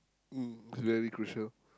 uh very crucial